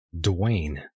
Dwayne